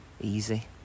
easy